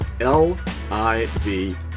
L-I-V